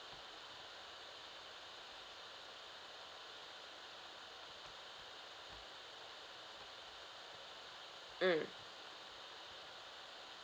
mm